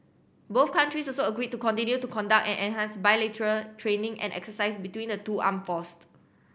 both countries also agreed to continue to conduct and enhance bilateral training and exercise between the two armed forced